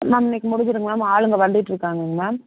ma'am இன்றைக்கு முடிஞ்சிருங்க ma'am ஆளுங்க வந்துக்கிட்ருக்காங்கங்க மேம்